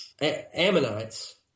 ammonites